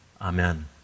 amen